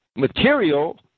material